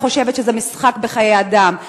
אני חושבת שזה משחק בחיי אדם,